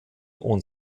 und